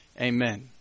Amen